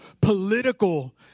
political